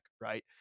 right